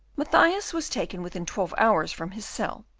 mathias was taken within twelve hours from his cell,